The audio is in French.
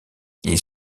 ils